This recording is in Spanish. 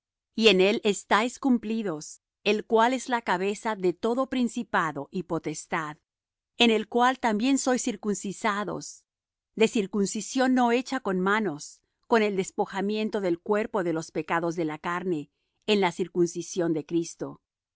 y en él estáis cumplidos el cual es la cabeza de todo principado y potestad en el cual también sois circuncidados de circuncisión no hecha con manos con el despojamiento del cuerpo de los pecados de la carne en la circuncisión de cristo